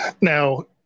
Now